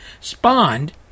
spawned